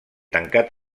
tancat